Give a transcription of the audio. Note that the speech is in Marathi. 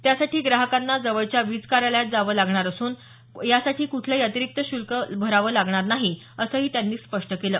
त्यासाठी ग्राहकांना जवळच्या वीज कार्यालयात जावं लागणार असून यासाठी कुठलंही अतिरीक्त शुल्क लागणार नाही असंही त्यांनी स्पष्ट केलं